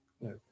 no